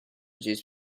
juice